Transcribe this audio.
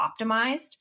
optimized